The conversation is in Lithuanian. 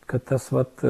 kad tas vat